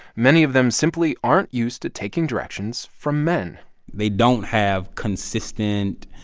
many of them simply aren't used to taking directions from men they don't have consistent,